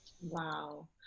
wow